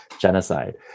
genocide